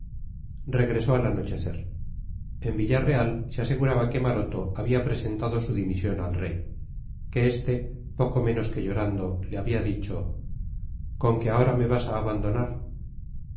regresó al anochecer en villarreal se aseguraba que maroto había presentado su dimisión al rey que este poco menos que llorando le había dicho con que ahora me vas a abandonar